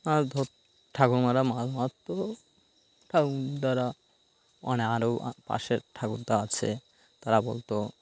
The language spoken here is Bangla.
আর ঠাকুমারা মাছ মারত ঠাকুরদারা ওখানে আরও পাশে ঠাকুরদা আছে তারা বলত